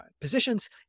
positions